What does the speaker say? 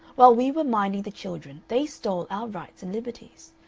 while we were minding the children they stole our rights and liberties.